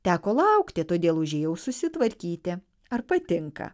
teko laukti todėl užėjau susitvarkyti ar patinka